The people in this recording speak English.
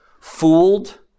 Fooled